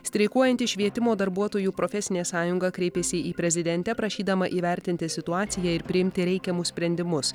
streikuojanti švietimo darbuotojų profesinė sąjunga kreipėsi į prezidentę prašydama įvertinti situaciją ir priimti reikiamus sprendimus